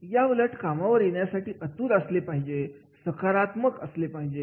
याउलट कामावर येण्यासाठी आतुरता असली पाहिजे सकारात्मक भाग असले पाहिजेत